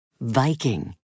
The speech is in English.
viking